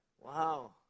Wow